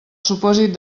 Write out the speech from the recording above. supòsit